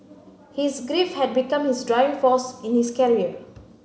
his grief had become his driving force in his career